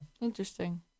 Interesting